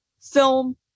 Film